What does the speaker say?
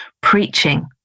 preaching